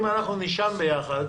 אם אנחנו נישן ביחד,